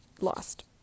lost